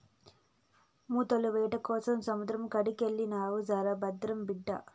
ముత్తాల వేటకోసం సముద్రం కాడికెళ్తున్నావు జర భద్రం బిడ్డా